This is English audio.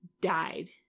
died